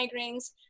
migraines